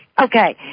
Okay